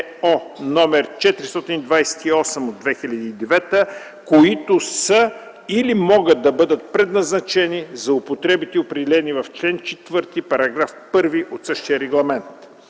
(ЕО) № 428/2009, които са или могат да бъдат предназначени за употребите, определени в чл. 4, параграф 1 от същия регламент.